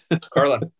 Carla